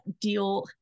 deal